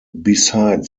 beside